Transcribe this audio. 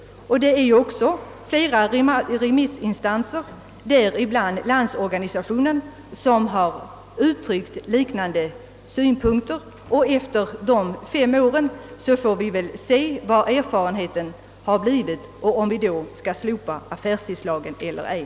Det finns flera remissinstanser, däribland LO, som har uttryckt : liknande synpunkter som mina. Sedan de fem åren har gått, får man se vilka erfarenheter vi har fått och om vi då skall slopa affärstidslagen eller ej.